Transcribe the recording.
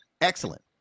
excellent